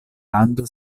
lando